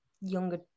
younger